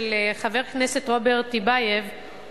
של חבר הכנסת רוברט טיבייב,